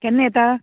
केन्ना येता